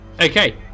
okay